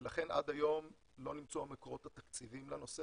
ולכן עד היום לא הוקצו המקורות הכספיים לדבר